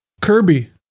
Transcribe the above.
Kirby